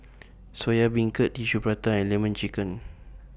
Soya Beancurd Tissue Prata and Lemon Chicken